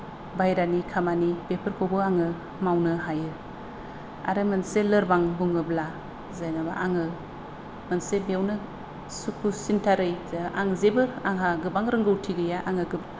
बाहेरानि खामानि बेफोरखौबो आङो मावनो हायो आरो मोनसे लोरबां बुङोब्ला जेन'बा आङो मोनसे बेवनो सुखुसिनथारै जे आं जेबो आंहा गोबां रोंगौथि गैया आङो गोबां